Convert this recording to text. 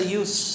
use